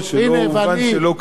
שלא אובן שלא כהלכה.